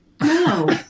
No